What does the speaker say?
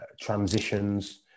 transitions